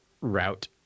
route